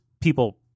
people